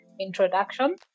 introduction